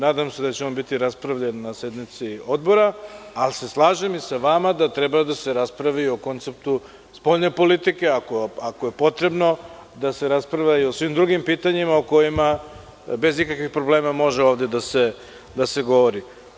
Nadam se da će on biti raspravljan na sednici Odbora, ali se slažem i sa vama da treba da se raspravi i o konceptu spoljne politike, ako je potrebno, da se raspravi i o svim drugim pitanjima o kojima bez ikakvih problema može ovde da se govori.